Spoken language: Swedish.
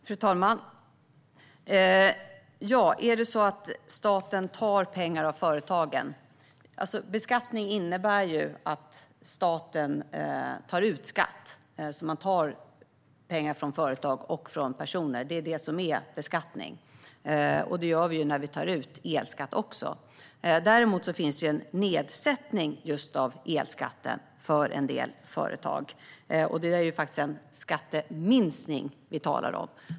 Fru talman! Är det så att staten tar pengar från företagen? Beskattning innebär ju att staten tar ut skatt. Att vi tar ut pengar från företag och personer är beskattning, och det gör vi också när vi tar ut elskatt. Däremot finns en nedsättning av just elskatten för en del företag, och då är det faktiskt en skatteminskning vi talar om.